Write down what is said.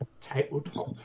tabletop